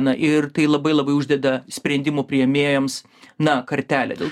na ir tai labai labai uždeda sprendimų priėmėjams